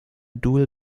dual